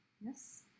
Yes